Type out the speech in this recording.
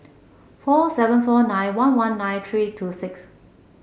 four seven four nine one one nine three two six